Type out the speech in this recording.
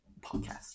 podcast